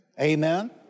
Amen